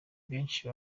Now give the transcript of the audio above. benshi